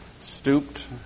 stooped